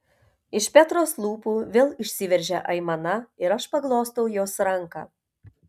iš petros lūpų vėl išsiveržia aimana ir aš paglostau jos ranką